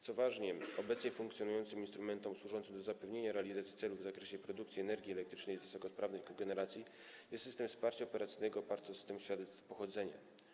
Co ważne, obecnie funkcjonującym instrumentem służącym zapewnieniu realizacji celów w zakresie produkcji energii elektrycznej wysokosprawnej kogeneracji jest system wsparcia operacyjnego oparty na systemie świadectw pochodzenia.